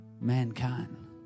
Mankind